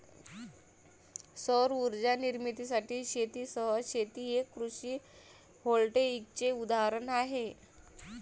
सौर उर्जा निर्मितीसाठी शेतीसह शेती हे कृषी व्होल्टेईकचे उदाहरण आहे